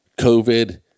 COVID